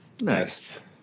Nice